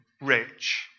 rich